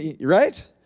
right